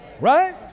Right